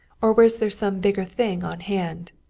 or was there some bigger thing on hand?